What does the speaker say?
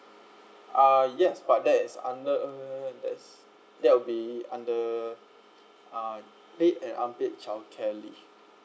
uh yes but that is under uh that is that will be under uh paid and unpaid childcare leave